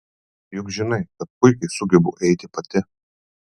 juk žinai kad puikiai sugebu eiti pati